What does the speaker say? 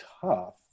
tough